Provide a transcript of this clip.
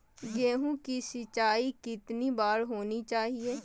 गेहु की सिंचाई कितनी बार होनी चाहिए?